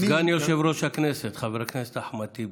סגן יושב-ראש הכנסת חבר הכנסת אחמד טיבי,